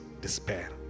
despair